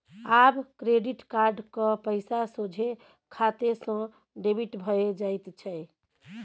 आब credit card क पैसा सोझे खाते सँ डेबिट भए जाइत छै